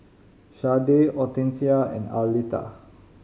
Sharday Hortencia and Arletta